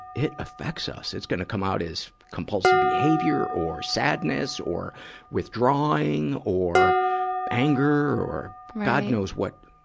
it affects us. it's gonna come out as compulsive behavior or sadness or withdrawing or anger or god knows what,